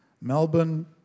Melbourne